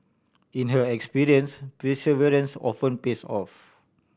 in her experience perseverance often pays off